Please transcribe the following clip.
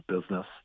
business